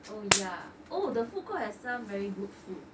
oh ya oh the food court has some very good food